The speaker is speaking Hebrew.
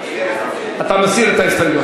אתה מסיר את ההסתייגויות.